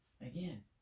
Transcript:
Again